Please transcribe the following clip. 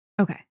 okay